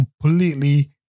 completely